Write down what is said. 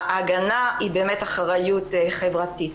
ההגנה היא אחריות חברתית.